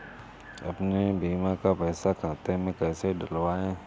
अपने बीमा का पैसा खाते में कैसे डलवाए?